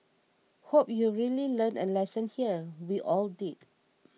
hope you've really learned a lesson here we all did